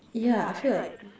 yeah I feel like